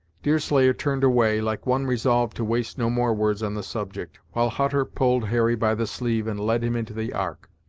deerslayer turned away, like one resolved to waste no more words on the subject, while hutter pulled harry by the sleeve, and led him into the ark.